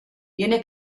viene